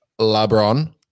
LeBron